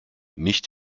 nicht